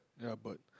ya bird